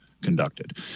conducted